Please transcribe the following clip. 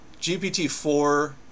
GPT-4